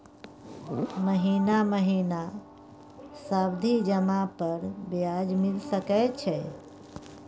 महीना महीना सावधि जमा पर ब्याज मिल सके छै?